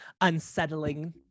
unsettling